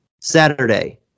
Saturday